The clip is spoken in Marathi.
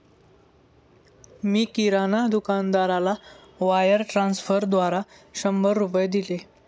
मी किराणा दुकानदाराला वायर ट्रान्स्फरद्वारा शंभर रुपये दिले